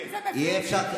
היא צודקת.